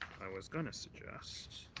i was going to suggest.